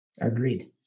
Agreed